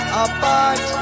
apart